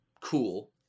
cool